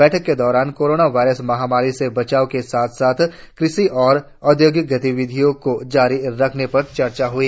बैठक के दौरान कोरोना वायरस महामारी से बचाव के साथ साथ कृषि और औद्योगिक गतिविधियों को जारी रखने पर चर्चा हुई